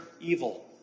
evil